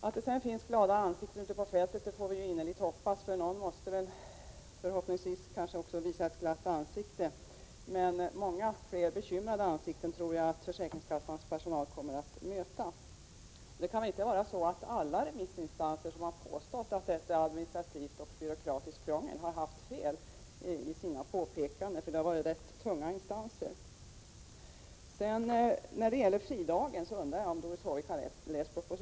Att det sedan finns glada ansikten på fältet får vi hoppas — någon måste ju visa ett glatt ansikte, men jag tror att försäkringskassans personal kommer att möta många fler bekymrade ansikten. Alla remissinstanser som har påstått att detta är administrativt och byråkratiskt krångel har väl inte haft fel i sina påståenden — det har ju varit fråga om ganska tunga instanser. När det gäller fridagen undrar jag om Doris Håvik har läst propositionen pås.